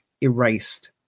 erased